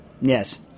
yes